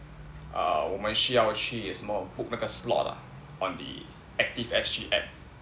uh 我们需要去什么 book 那个 slot ah on the Active S_G app